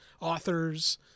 authors